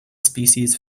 species